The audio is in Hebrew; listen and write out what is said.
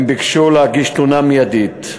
הם ביקשו להגיש תלונה מיידית.